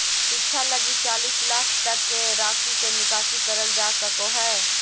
शिक्षा लगी चालीस लाख तक के राशि के निकासी करल जा सको हइ